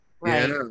right